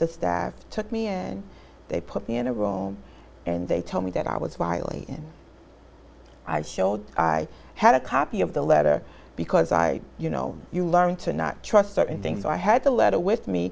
the staff took me in they put me in a room and they tell me that i was violated i showed i had a copy of the letter because i you know you learned to not trust certain things i had the letter with me